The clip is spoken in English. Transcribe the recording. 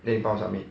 then 你帮我 submit